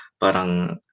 parang